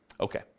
Okay